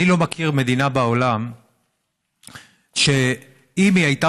אני לא מכיר מדינה בעולם שאם היא הייתה